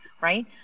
right